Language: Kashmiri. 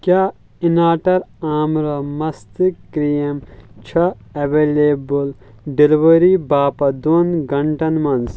کیٛاہ اِناٹر مستہٕ کرٛیٖم چھےٚ ایویلیبٕل ڈیلیوری باپتھ دۄن گنٛٹَن منٛز